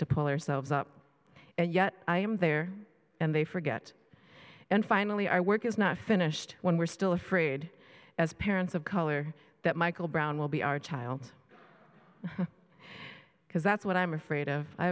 to pull ourselves up and yet i am there and they forget and finally our work is not finished when we're still afraid as parents of color that michael brown will be our child because that's what i'm afraid of i